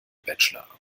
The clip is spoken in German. bachelor